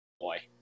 boy